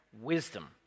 wisdom